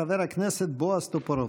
חבר הכנסת בועז טופורובסקי.